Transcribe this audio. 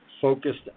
focused